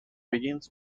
begins